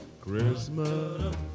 Christmas